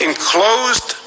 Enclosed